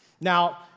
Now